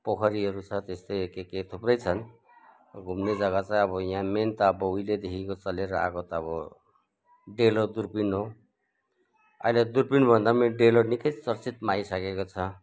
पोखरीहरू छ त्यस्तै के के थुप्रै छन् घुम्ने जग्गा चाहिँ अब यहाँ मेन त अब उहिलेदेखिको चलेर आएको त अब डेलो दुर्पिन हो अहिले दुर्पिन भन्दा पनि डेलो निकै चर्चितमा आइसकेको छ